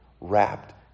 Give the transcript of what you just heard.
wrapped